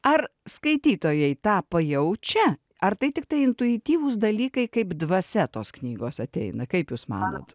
ar skaitytojai tą pajaučia ar tai tiktai intuityvūs dalykai kaip dvasia tos knygos ateina kaip jūs manot